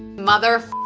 mother